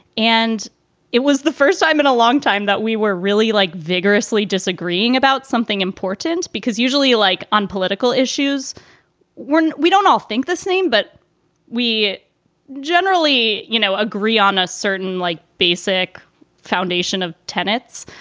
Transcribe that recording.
and it was the first time in a long time that we were really like vigorously disagreeing about something important because usually, like on political issues when we don't all think the same, but we generally you know agree on a certain like basic foundation of tenets.